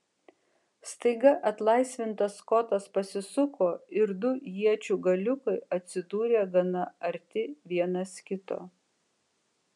staiga atlaisvintas kotas pasisuko ir du iečių galiukai atsidūrė gana arti vienas kito